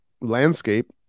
landscape